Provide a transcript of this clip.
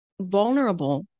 vulnerable